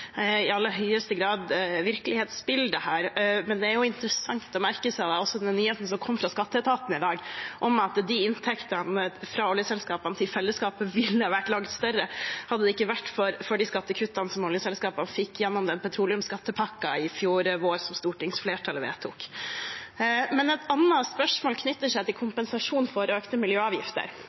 interessant å merke seg nyheten som kom fra skatteetaten i dag om at inntektene fra oljeselskapene til fellesskapet ville vært langt større hadde det ikke vært for de skattekuttene oljeselskapene fikk gjennom petroleumsskattepakken i fjor vår, som stortingsflertallet vedtok. Et annet spørsmål knytter seg til kompensasjon for økte miljøavgifter.